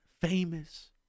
famous